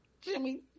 Jimmy